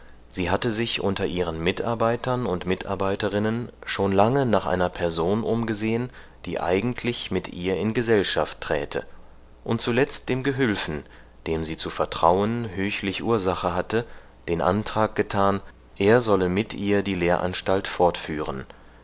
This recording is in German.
sie hatte sich unter ihren mitarbeitern und mitarbeiterinnen schon lange nach einer person umgesehen die eigentlich mit ihr in gesellschaft träte und zuletzt dem gehülfen dem sie zu vertrauen höchlich ursache hatte den antrag getan er solle mit ihr die lehranstalt fortführen